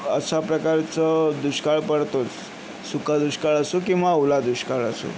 अशा प्रकारचं दुष्काळ पडतोच सुका दुष्काळ असो किंवा ओला दुष्काळ असो